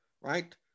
right